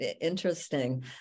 Interesting